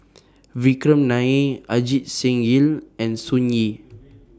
Vikram Nair Ajit Singh Ying and Sun Yee